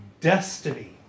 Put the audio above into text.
destiny